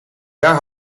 daar